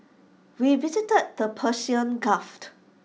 we visited the Persian gulf